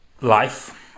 Life